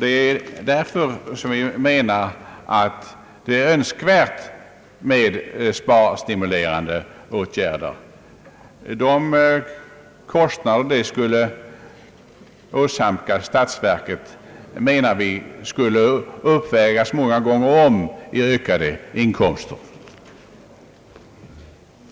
Det är därför vi reservanter menar att det är önskvärt med ytterligare sparstimulerande medel. De kostnader de skulle åsamka statsverket skulle uppvägas många gånger om av ökade inkomster